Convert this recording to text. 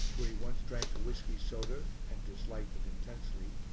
where he once drank a whisky-soda and disliked it intensely.